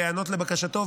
להיענות לבקשתו,